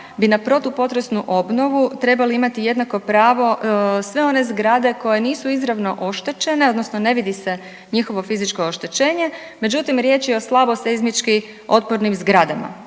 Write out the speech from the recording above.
bi na protupotresnu obnovu trebali imati jednako pravo sve one zgrade koje nisu izravno oštećene odnosno ne vidi se njihovo fizičko oštećenje, međutim riječ je o slabo seizmički otpornim zgradama,